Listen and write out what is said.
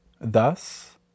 Thus